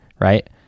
right